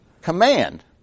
command